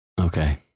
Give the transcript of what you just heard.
okay